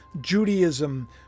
Judaism